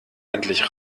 endlich